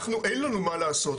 אנחנו אין לנו מה לעשות,